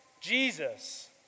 Jesus